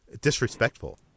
disrespectful